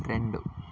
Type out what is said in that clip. రెండు